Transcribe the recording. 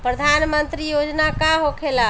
प्रधानमंत्री योजना का होखेला?